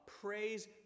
Praise